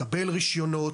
לקבל רישיונות.